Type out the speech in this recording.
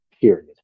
period